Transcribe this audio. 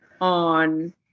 on